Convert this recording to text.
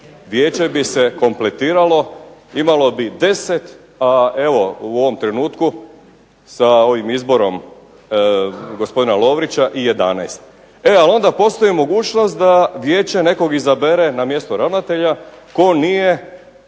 vijeće bi se kompletiralo, imalo bi 10, a evo u ovom trenutku sa ovim izborom gospodina Lovrića i 11. E, ali onda postoji mogućnost da vijeće nekog izabere na mjesto ravnatelja tko nije